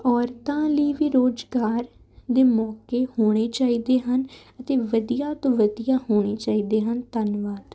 ਔਰਤਾਂ ਲਈ ਵੀ ਰੁਜ਼ਗਾਰ ਦੇ ਮੌਕੇ ਹੋਣੇ ਚਾਹੀਦੇ ਹਨ ਅਤੇ ਵਧੀਆ ਤੋਂ ਵਧੀਆ ਹੋਣੇ ਚਾਹੀਦੇ ਹਨ ਧੰਨਵਾਦ